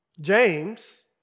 James